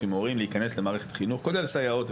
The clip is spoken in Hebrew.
מורים להיכנס למערכת החינוך כולל סייעות,